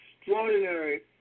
extraordinary